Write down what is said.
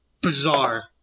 Bizarre